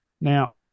Now